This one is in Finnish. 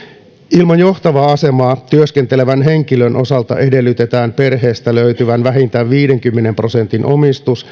ilman johtavaa asemaa työskentelevän henkilön osalta edellytetään perheestä löytyvän vähintään viidenkymmenen prosentin omistus